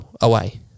away